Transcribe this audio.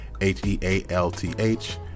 h-e-a-l-t-h